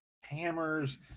hammers